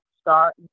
Start